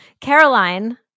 Caroline